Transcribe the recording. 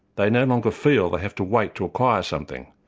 they no longer feel they have to wait to acquire something.